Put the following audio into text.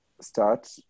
start